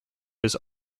his